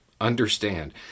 Understand